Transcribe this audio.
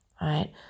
right